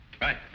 Right